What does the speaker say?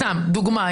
סתם דוגמה,